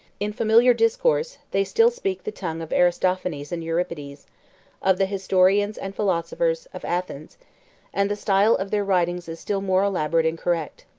in familiar discourse, they still speak the tongue of aristophanes and euripides, of the historians and philosophers of athens and the style of their writings is still more elaborate and correct.